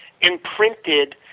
imprinted